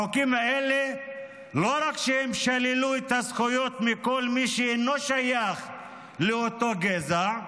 החוקים האלה לא רק ששללו את הזכויות מכל מי שאינו שייך לאותו גזע,